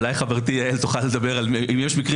אולי חברתי יעל תוכל להגיד אם יש בכלל מקרים